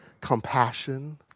Compassion